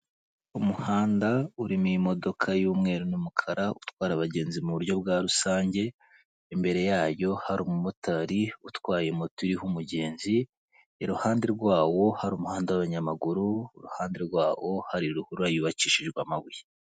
Umuhanda urimo imodoka y'umweru n'umukara utwara abagenzi mu buryo bwa rusange, imbere yayo hari umumotari utwaye moto iriho umugenzi, iruhande rwawo hari umuhanda w'abanyamaguru, iruhande rwawo hari ruhurura yubakishijwe amabuye.